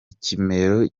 ikimero